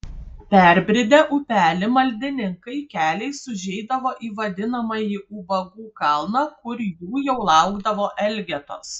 perbridę upelį maldininkai keliais užeidavo į vadinamąjį ubagų kalną kur jų jau laukdavo elgetos